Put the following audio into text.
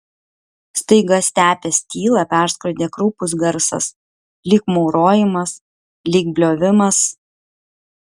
staiga stepės tylą perskrodė kraupus garsas lyg maurojimas lyg bliovimas